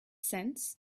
sense